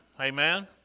Amen